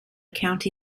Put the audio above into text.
county